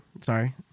Sorry